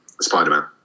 Spider-Man